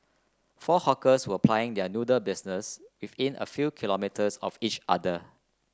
four hawkers were plying their noodle business within a few kilometres of each other